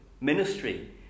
ministry